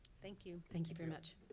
thank you. thank you very much.